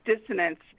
dissonance